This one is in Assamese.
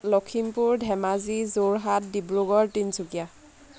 লখিমপুৰ ধেমাজি যোৰহাট ডিব্ৰুগড় তিনিচুকীয়া